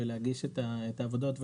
להגיש את העבודות,